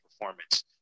performance